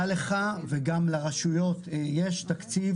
היה לך וגם לרשויות יש תקציב,